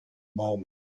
moment